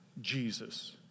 Jesus